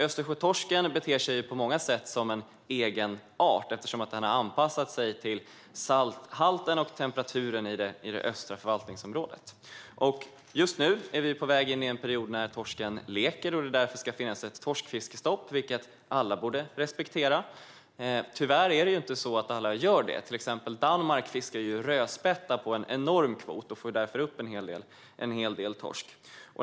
Östersjötorsken beter sig på många sätt som en egen art, eftersom den har anpassat sig till salthalten och temperaturen i det östra förvaltningsområdet. Just nu är vi på väg in i en period när torsken leker och då det därför ska finnas ett torskfiskestopp, vilket alla borde respektera. Tyvärr gör inte alla det. Till exempel Danmark fiskar en enorm kvot rödspätta och får därför upp en hel del torsk.